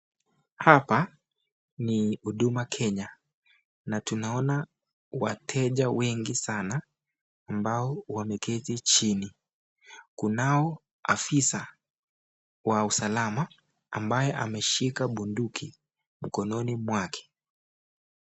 Hapa ni huduma Kenya, na tunaona wateja wengi sana ambao wameketi chini, kunao ofisa wa usalama ambaye ameshika bunduki mkononi mwake.